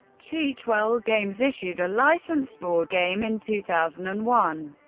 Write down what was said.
cheatwell games issued a licensed board game in two thousand and one.